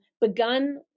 begun